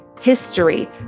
history